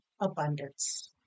abundance